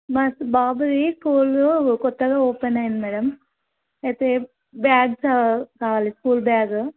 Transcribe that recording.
మా బాబుది స్కూలు కొత్తగా ఓపెన్ అయింది మ్యాడమ్ అయితే బ్యాగ్ కావా కావాలి స్కూల్ బ్యాగ్